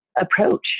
approach